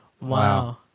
Wow